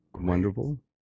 Wonderful